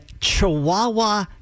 chihuahua